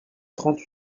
trente